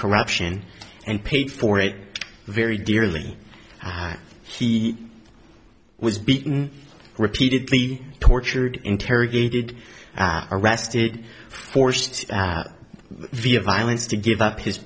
corruption and paid for it very dearly he was beaten repeatedly tortured interrogated arrested forced via violence to give up his